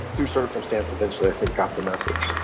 through circumstance, eventually, i think got the message